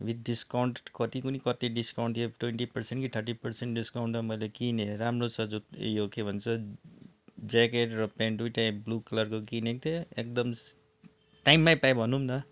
with discount कति कुन्नि कति डिस्काउन्ट थियो ट्वेन्टी पर्सेन्ट कि थर्टी पर्सेन्ट डिस्काउन्टमा मैले किनेँ राम्रो छ जुत यो के भन्छ ज्याकेट र पेन्ट दुइटै ब्लू कलरको किनेको थिएँ एकदम टाइममै पाएँ भनौँ न